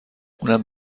اونم